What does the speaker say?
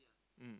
mm